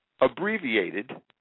Abbreviated